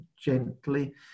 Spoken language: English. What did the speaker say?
gently